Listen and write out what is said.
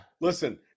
Listen-